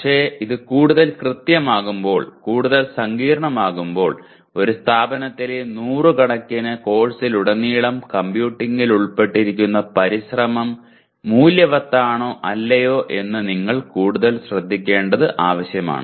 പക്ഷേ ഇത് കൂടുതൽ കൃത്യമാകുമ്പോൾ കൂടുതൽ സങ്കീർണ്ണമാക്കുമ്പോൾ ഒരു സ്ഥാപനത്തിലെ നൂറുകണക്കിന് കോഴ്സുകളിലുടനീളം കമ്പ്യൂട്ടിംഗിൽ ഉൾപ്പെട്ടിരിക്കുന്ന പരിശ്രമം മൂല്യവത്താണോ അല്ലയോ എന്ന് നിങ്ങൾ കൂടുതൽ ശ്രദ്ധിക്കേണ്ടത് ആവശ്യമാണ്